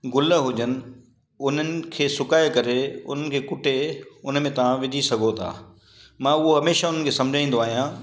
ग़ुल हुजनि उन्हनि खे सुकाए करे उन्हनि खे कुटे हुन में तव्हां विझी सघो था मां उहो हमेशह उन्हनि खे हमेशह समुझाईंदो आहियां